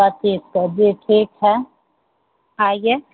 पच्चीस छब्बीस ठीक है आइए